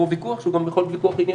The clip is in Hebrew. ויכוח שהוא גם יכול להיות ויכוח ענייני.